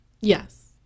Yes